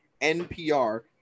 NPR